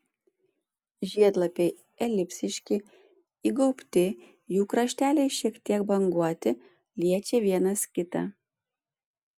žiedlapiai elipsiški įgaubti jų krašteliai šiek tiek banguoti liečia vienas kitą